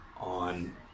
on